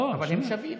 אבל הם שווים,